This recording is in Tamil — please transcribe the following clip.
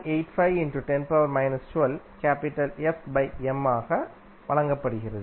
85 x 10 12F m ஆக வழங்கப்படுகிறது